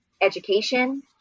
education